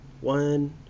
one